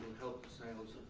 help the sales